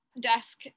Desk